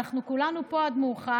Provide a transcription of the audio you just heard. אנחנו כולנו פה עד מאוחר,